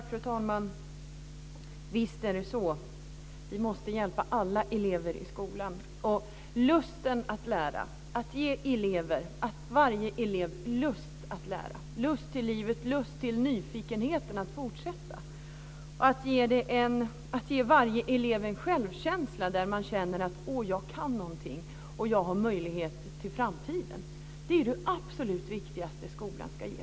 Fru talman! Visst är det så. Vi måste hjälpa alla elever i skolan. Vi måste ge eleverna lust att lära, lust till livet, lust till nyfikenheten att fortsätta, ge varje elev en självkänsla, att de kan någonting och har möjlighet till en framtid. Det är det absolut viktigaste för skolan att ge.